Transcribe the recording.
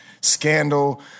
scandal